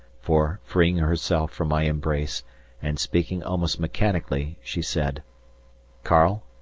for, freeing herself from my embrace and speaking almost mechanically, she said karl!